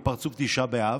עם פרצוף תשעה באב.